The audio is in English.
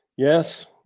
Yes